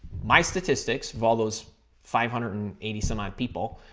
my statistics follows five hundred and eighty some odd people.